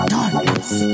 darkness